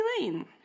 Lane